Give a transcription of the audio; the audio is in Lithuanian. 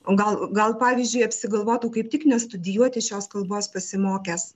o gal gal pavyzdžiui apsigalvotų kaip tik nestudijuoti šios kalbos pasimokęs